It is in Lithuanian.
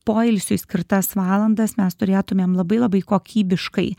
poilsiui skirtas valandas mes turėtumėm labai labai kokybiškai